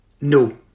no